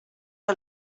que